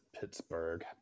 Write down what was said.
Pittsburgh